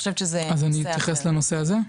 אז אני אתייחס לנושא הזה?